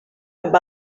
amb